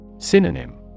Synonym